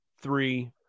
three